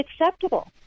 acceptable